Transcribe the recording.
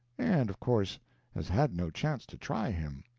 and of course has had no chance to try him,